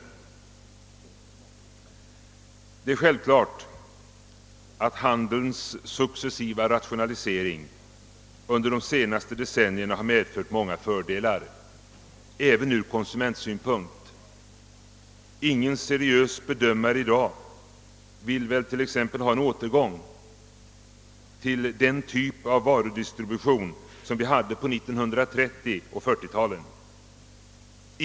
Det är självklart att handelns succes siva rationalisering under de senaste decennierna medfört många fördelar även ur konsumentsynpunkt. Ingen seriös bedömare vill väl t.ex. ha en återgång till den typ av varudistribution som vi hade på 1930 och 1940-talen.